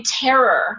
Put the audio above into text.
terror